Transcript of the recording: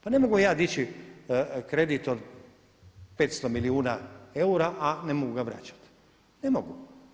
Pa ne mogu ja dignuti kredit od 500 milijuna eura a ne mogu ga vraćati, ne mogu.